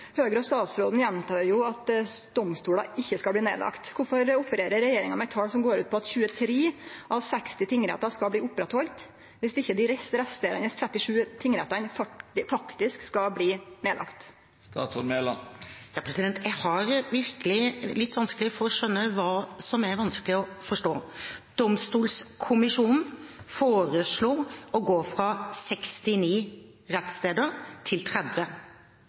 Høgre og statsråden gjentek at domstolar ikkje skal bli nedlagde. Kvifor opererer regjeringa med tal som går ut på at 23 av 60 tingrettar skal bli oppretthaldne, viss ikkje dei resterande 37 tingrettane faktisk skal bli nedlagde? Jeg har virkelig litt vanskelig for å skjønne hva som er vanskelig å forstå. Domstolkommisjonen foreslo å gå fra 69 rettssteder til